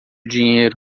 dinheiro